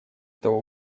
этого